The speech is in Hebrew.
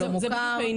זה מוכר.